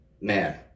man